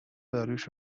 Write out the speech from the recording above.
داریوش